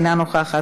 אינה נוכחת,